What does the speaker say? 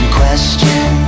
question